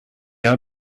are